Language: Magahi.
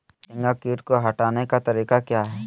फतिंगा किट को हटाने का तरीका क्या है?